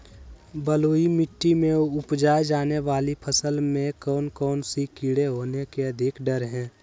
बलुई मिट्टी में उपजाय जाने वाली फसल में कौन कौन से कीड़े होने के अधिक डर हैं?